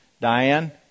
Diane